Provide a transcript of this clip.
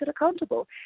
accountable